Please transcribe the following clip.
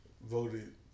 voted